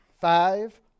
five